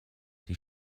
die